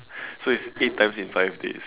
so it's eight times in five days